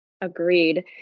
Agreed